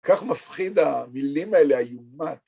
‫כך מפחיד המילים האלה, האימת.